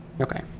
okay